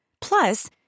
Plus